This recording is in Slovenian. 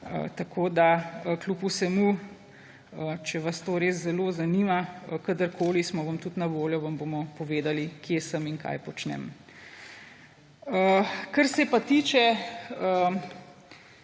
tako kljub vsemu, če vas to res zelo zanima, kadarkoli smo vam tudi na voljo, vam bomo povedali, kje sem in kaj počnem. Kar se pa tiče